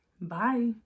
Bye